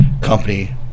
company